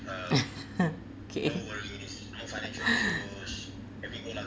kay